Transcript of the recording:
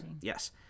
Yes